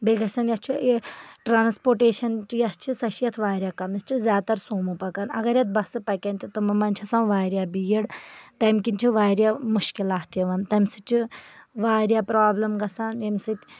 بیٚیہِ گژھَن یَتھ چھِ ٹرانسپوٹیٚشن تہِ یۄس چھِ سۄ چھےٚ یتھ واریاہ کَم یَتھ چھِ زیادٕ تر سومو پَکان اَگر یتھ بَسہٕ پَکَن تہِ تِمن منٛز چھِ آسان واریاہ بیٖڈ تٔمۍ کِنۍ چھِ واریاہ مُشکِلات یِوان تَمہِ سۭتۍ چھِ واریاہ پروبلِم گژھان ییٚمہِ سۭتۍ